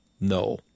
No